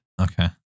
Okay